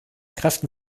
kräften